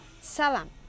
Salam